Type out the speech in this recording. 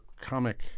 comic